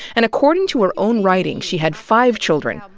and according to her own writing, she had five children, um